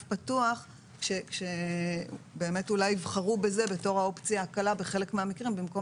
פתוח כאשר באמת אולי יבחרו בזה כאופציה הקלה בחלק מהמקרים במקום